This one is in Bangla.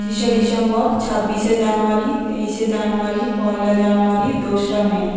পঁচিশে ডিসেম্বর ছাব্বিশে জানুয়ারি তেইশে জানুয়ারি পয়লা জানুয়ারি দোসরা মে